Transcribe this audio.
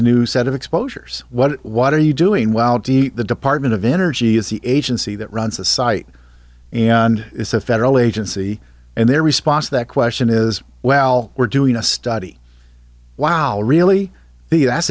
a new set of exposures what what are you doing while d the department of energy is the agency that runs this site and it's a federal agency and their response to that question is well we're doing a study wow really